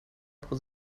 pro